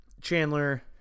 Chandler